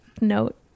note